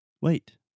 wait